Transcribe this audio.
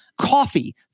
Coffee